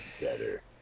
better